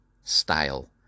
style